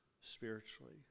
spiritually